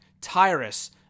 Tyrus